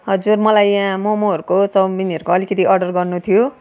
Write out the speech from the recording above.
हजुर मलाई यहाँ ममहरूको चाउमिनहरूको अलिकति अर्डर गर्नु थियो